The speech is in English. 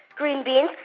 green beans,